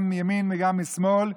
גם מימין וגם משמאל,